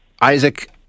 Isaac